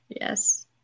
yes